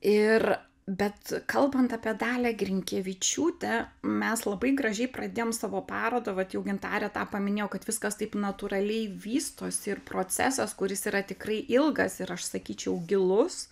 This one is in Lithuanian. ir bet kalbant apie dalią grinkevičiūtę mes labai gražiai pradėjom savo parodą vat jau gintarė tą paminėjo kad viskas taip natūraliai vystosi ir procesas kuris yra tikrai ilgas ir aš sakyčiau gilus